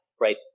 right